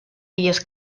illes